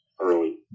early